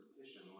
petition